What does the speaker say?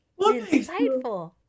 insightful